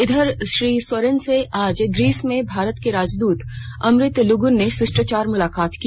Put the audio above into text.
इधर श्री सोरेन से आज ग्रीस में भारत के राजदूत अमृत लूगुन ने शिष्टाचार मुलाकात की